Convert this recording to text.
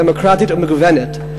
דמוקרטית ומגוונת.